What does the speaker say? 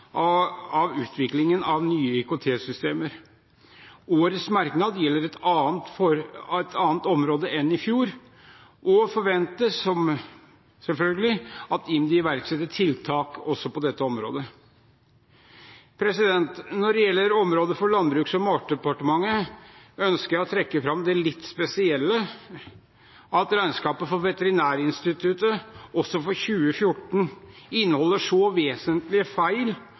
av utvikling av nye IKT-systemer. Årets merknad gjelder et annet område enn i fjor, og komiteen forventer selvfølgelig at IMDi iverksetter tiltak også på dette området. Når det gjelder kapitlet for Landbruks- og matdepartementet, ønsker jeg å trekke fram det litt spesielle at regnskapet for Veterinærinstituttet også for 2014 inneholder så vesentlige feil